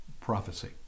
prophecy